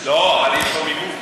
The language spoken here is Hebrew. לא, אבל יש לו מימון.